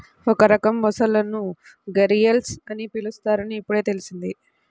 ఒక రకం మొసళ్ళను ఘరియల్స్ అని పిలుస్తారని ఇప్పుడే తెల్సింది